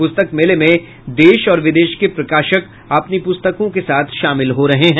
पुस्तक मेले में देश और विदेश के प्रकाशक अपनी पुस्तकों के साथ शामिल हो रहे हैं